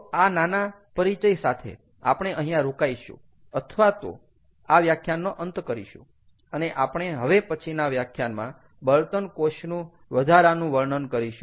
તો આ નાના પરિચય સાથે આપણે અહીંયા રોકાઈશું અથવા તો આ વ્યાખ્યાનનો અંત કરીશું અને આપણે હવે પછીના વ્યાખ્યાનમાં બળતણ કોષનું વધારાનું વર્ણન કરીશું